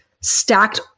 stacked